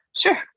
sure